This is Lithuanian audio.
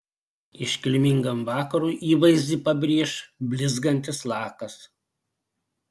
iškilmingam vakarui įvaizdį pabrėš blizgantis lakas